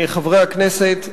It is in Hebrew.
חברי הכנסת,